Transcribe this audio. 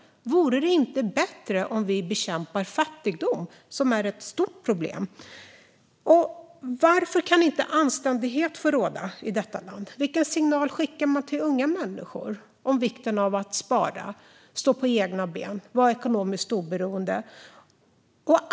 Vore det inte bättre om vi bekämpade fattigdom, som är ett stort problem? Varför kan inte anständighet få råda i detta land? Vilken signal skickar man till unga människor om vikten av att spara, stå på egna ben, vara ekonomiskt oberoende?